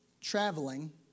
traveling